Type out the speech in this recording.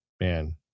Man